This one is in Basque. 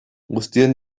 guztion